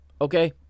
okay